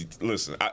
Listen